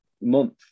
month